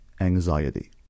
anxiety